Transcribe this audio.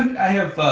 i have